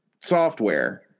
software